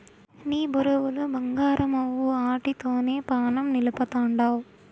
నీ బొరుగులు బంగారమవ్వు, ఆటితోనే పానం నిలపతండావ్